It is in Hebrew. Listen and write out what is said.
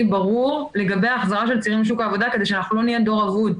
ברור לגבי החזרה של צעירים לשוק העבודה כדי שאנחנו לא נהיה דור אבוד.